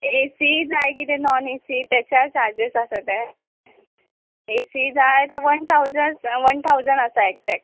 ए C जाय कितें non A C तेच्या चार्जीस आसा ते ए सी जाय तो वन ठावजन वन ठावजन आसा एकटेक्स